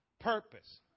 Purpose